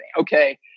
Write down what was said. Okay